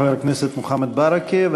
חבר הכנסת מוחמד ברכה,